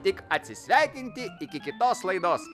tik atsisveikinti iki kitos laidos